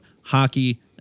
hockey